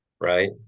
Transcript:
right